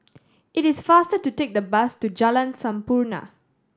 it is faster to take the bus to Jalan Sampurna